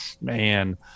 man